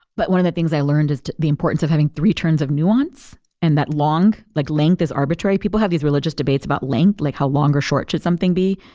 but one of the things i learned is the importance of having three turns of nuance, and that long like length is arbitrary. people have these religious debates about length, like how long or short should something be.